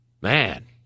man